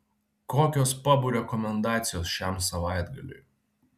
kokios pabų rekomendacijos šiam savaitgaliui